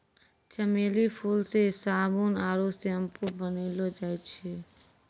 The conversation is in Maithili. चमेली फूल से साबुन आरु सैम्पू बनैलो जाय छै